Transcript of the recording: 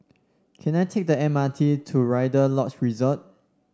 can I take the M R T to Rider Lodge Resort